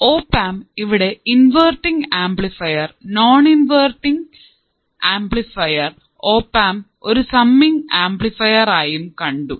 op amp ഇവിടെ inverting amplifier non inverting amplifier op amp ഒരു summing amplifier ആയും കണ്ടു